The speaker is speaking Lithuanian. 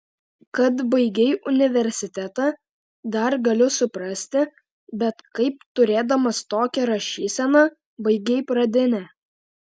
kad baigei universitetą dar galiu suprasti bet kaip turėdamas tokią rašyseną baigei pradinę